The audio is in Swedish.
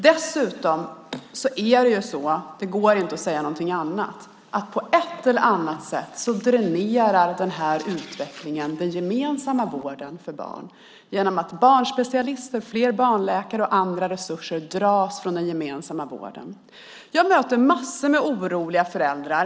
Det går inte att säga något annat, men på ett eller annat sätt dränerar denna utveckling den gemensamma vården för barn. Barnspecialister, fler barnläkare och andra resurser dras från den gemensamma vården. Jag möter många oroliga föräldrar.